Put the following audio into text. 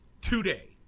today